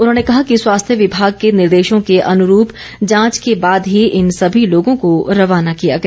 उन्होंने कहा कि स्वास्थ्य विभाग के निर्देशों के अनुरूप जांच के बाद ही इन सभी लोगों को रवाना किया गया